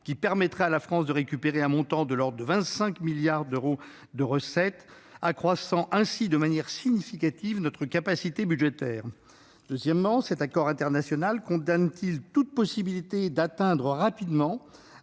qui permettrait à la France de récupérer un montant de l'ordre de 25 milliards d'euros de recettes, accroissant de manière significative notre capacité budgétaire. Cet accord international condamne-t-il toute possibilité d'atteindre rapidement